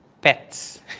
pets